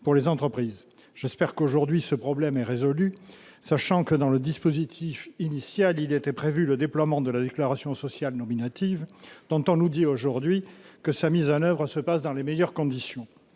pour les entreprises, j'espère qu'aujourd'hui, ce problème est résolu, sachant que dans le dispositif initial, il était prévu le déploiement de la déclaration sociale nominative dont on nous dit aujourd'hui que sa mise en oeuvre se passe dans les meilleures conditions,